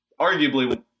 arguably